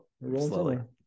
Rolling